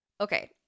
Okay